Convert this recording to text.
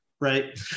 right